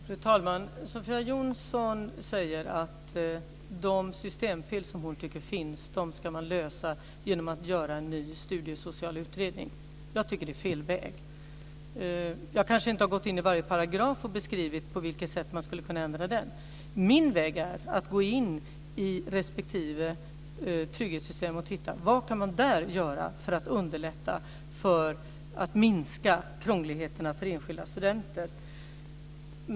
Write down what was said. Fru talman! Sofia Jonsson säger att de systemfel som hon tycker finns ska man lösa genom att göra en ny studiesocial utredning. Jag tycker att det är fel väg. Jag har kanske inte gått in i varje paragraf och beskrivit på vilket sätt som man skulle kunna ändra den. Min väg är att gå in i respektive trygghetssystem och titta vad man där kan göra för att underlätta och för att minska krångligheterna för enskilda studenter.